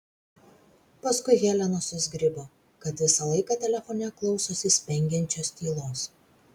paskui helena susizgribo kad visą laiką telefone klausosi spengiančios tylos